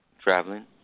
traveling